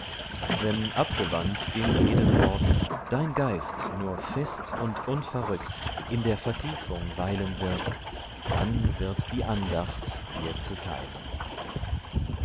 wenn abgewandt dem vedenwort dein geist nur fest und unverrückt in der vertiefung weilen wird dann wird die andacht dir zuteil